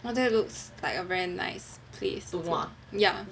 !wah! that looks like a very nice place to ya